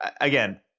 Again